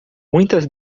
muitas